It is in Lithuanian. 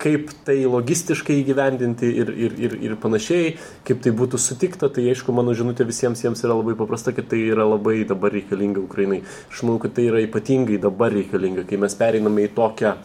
kaip tai logistiškai įgyvendinti ir ir ir ir panašiai kaip tai būtų sutikta tai aišku mano žinutė visiems jiems yra labai paprasta kad tai yra labai dabar reikalinga ukrainai aš manau kad tai yra ypatingai dabar reikalinga kai mes pereiname į tokią